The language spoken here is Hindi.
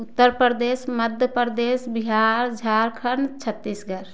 उत्तर प्रदेश मध्य प्रदेश बिहार झारखण्ड छत्तीसगढ़